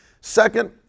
Second